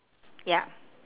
yup